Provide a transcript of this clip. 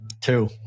Two